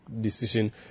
decision